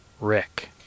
Rick